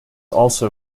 also